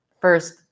first